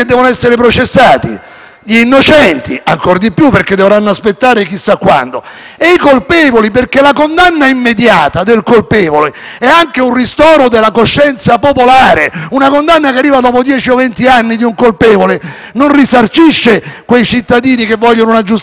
gli innocenti ancor di più, perché dovranno aspettare chissà quando, ma anche i cittadini, perché la condanna immediata del colpevole è anche un ristoro della coscienza popolare. Una condanna di un colpevole che arriva dopo dieci o vent'anni non risarcisce quei cittadini che vogliono una giustizia efficace.